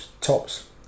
tops